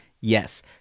Yes